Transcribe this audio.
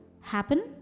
happen